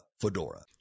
Fedora